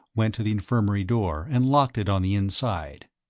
went to the infirmary door and locked it on the inside.